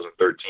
2013